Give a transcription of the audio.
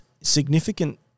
significant